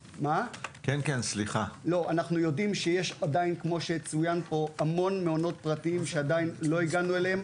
אנחנו יודעים שיש עדיין המון מעונות פרטיים שעדיין לא הגענו אליהם,